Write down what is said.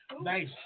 Nice